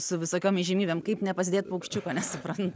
su visokiom įžymybėm kaip nepasidėt paukščiuko nesuprant